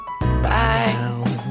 Bye